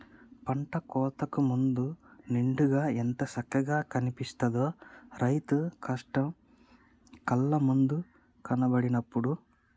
పంట కోతకు ముందు నిండుగా ఎంత సక్కగా కనిపిత్తదో, రైతు కష్టం కళ్ళ ముందు కనబడినట్టు